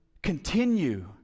Continue